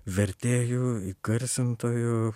vertėju įgarsintoju